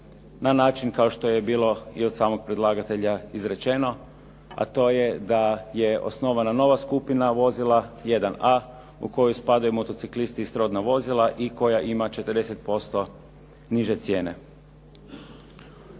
na način kao što je bilo i od samog predlagatelja izrečeno, a to je da je osnovana nova skupina vozila 1a u koju spadaju motociklisti i srodna vozila i koja ima 40% niže cijene.